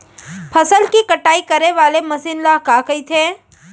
फसल की कटाई करे वाले मशीन ल का कइथे?